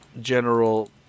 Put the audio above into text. general